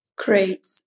Great